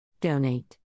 Donate